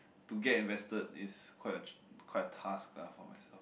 to get invested is quite a quite a task lah for myself